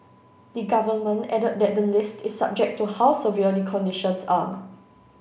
the Government added that the list is subject to how severe the conditions are